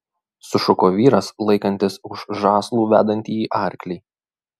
sušuko vyras laikantis už žąslų vedantįjį arklį